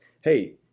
Hey